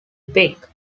pike